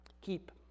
keep